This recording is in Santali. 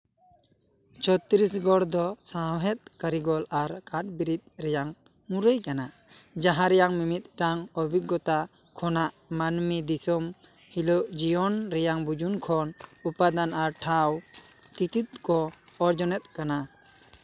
ᱪᱷᱚᱛᱨᱤᱥᱜᱚᱲ ᱫᱚ ᱥᱟᱶᱦᱮᱫ ᱠᱟᱹᱨᱤᱜᱚᱞ ᱟᱨ ᱠᱟᱴᱷ ᱵᱤᱨᱤᱫ ᱨᱮᱭᱟᱝ ᱢᱩᱨᱟᱹᱭ ᱠᱟᱱᱟ ᱡᱟᱦᱟᱸ ᱨᱮᱭᱟᱝ ᱢᱤᱫᱴᱟᱝ ᱚᱵᱷᱤᱜᱚᱛᱟ ᱠᱷᱚᱱᱟᱜ ᱢᱟᱹᱱᱢᱤ ᱫᱤᱥᱚᱢ ᱦᱤᱞᱚᱜ ᱡᱤᱭᱚᱱ ᱨᱮᱭᱟᱝ ᱵᱩᱡᱩᱱ ᱠᱷᱚᱱ ᱩᱯᱟᱫᱟᱱ ᱟᱨ ᱴᱷᱟᱶ ᱴᱤᱠᱤᱴ ᱠᱚ ᱚᱨᱡᱚᱱᱮᱛ ᱠᱟᱱᱟ